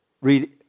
Read